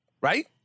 Right